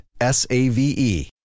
S-A-V-E